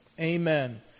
Amen